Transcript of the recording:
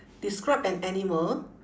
describe an animal